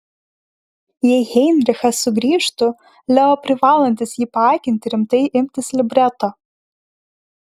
jei heinrichas sugrįžtų leo privalantis jį paakinti rimtai imtis libreto